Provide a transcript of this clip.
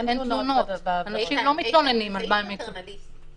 איתן, הסעיף באמת פטרנליסטי.